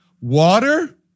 Water